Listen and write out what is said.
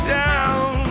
down